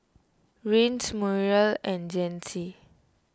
Rance Muriel and Jacey